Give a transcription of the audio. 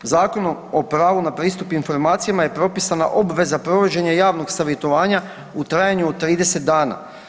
Zakonom o pravu na pristup informacijama je propisana obveza provođenja javnog savjetovanja u trajanju od 30 dana.